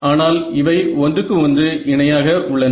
ஆனால் இவை ஒன்றுக்கு ஒன்று இணையாக உள்ளன